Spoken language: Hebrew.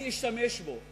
אני אשתמש בו.